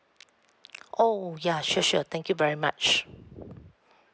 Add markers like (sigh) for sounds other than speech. (noise) oh ya sure sure thank you very much (breath)